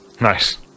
Nice